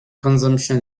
consumption